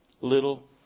Little